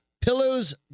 Pillows